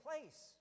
place